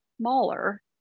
smaller